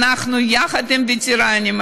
אנחנו יחד עם הווטרנים.